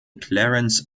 clarence